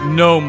no